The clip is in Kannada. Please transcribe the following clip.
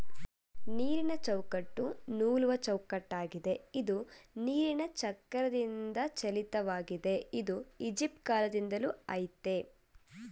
ನೀರಿನಚೌಕಟ್ಟು ನೂಲುವಚೌಕಟ್ಟಾಗಿದೆ ಇದು ನೀರಿನಚಕ್ರದಿಂದಚಾಲಿತವಾಗಿದೆ ಇದು ಈಜಿಪ್ಟಕಾಲ್ದಿಂದಲೂ ಆಯ್ತೇ